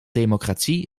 democratie